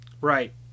Right